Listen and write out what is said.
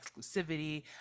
exclusivity